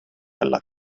alla